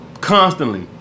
Constantly